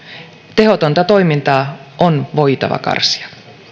tehotonta toimintaa on voitava karsia